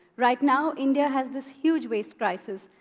right now, india has this huge waste crisis.